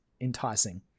enticing